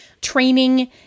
training